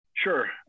Sure